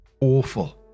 Awful